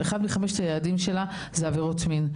אחד מחמשת היעדים שלה זה עבירות מין.